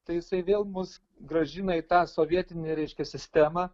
tai jisai vėl mus grąžina į tą sovietinį reiškia sistemą